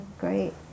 Great